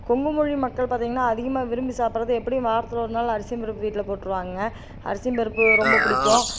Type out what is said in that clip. கொங்கு மொழி மக்கள் பார்த்திங்கன்னா அதிகமாக விரும்பி சாப்பிடுறது எப்படியும் வாரத்தில் ஒரு நாள் அரிசியும் பருப்பும் வீட்டில் போட்டுருவாங்கங்க அரிசியும் பருப்பு ரொம்ப பிடிக்கும்